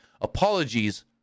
Apologies